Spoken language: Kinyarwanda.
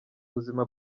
buzima